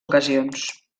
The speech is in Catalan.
ocasions